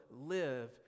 live